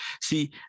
See